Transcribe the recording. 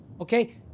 Okay